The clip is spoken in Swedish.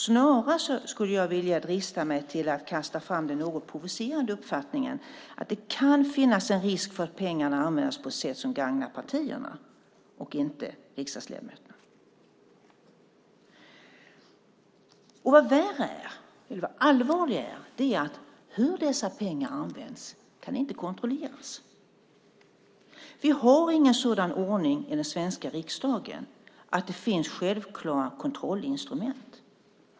Jag skulle snarare vilja drista mig till att kasta fram den något provocerande uppfattningen att det kan finnas en risk för att pengarna används på ett sätt som gagnar partierna och inte riksdagsledamöterna. Och ännu allvarligare är att det inte kan kontrolleras hur dessa pengar används. Vi har ingen sådan ordning i den svenska riksdagen att det finns självklara kontrollinstrument.